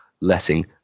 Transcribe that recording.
letting